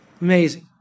amazing